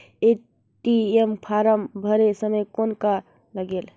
ATM form भरे समय कौन का लगेल?